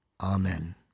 Amen